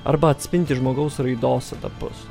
arba atspindi žmogaus raidos etapus